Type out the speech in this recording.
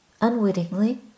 unwittingly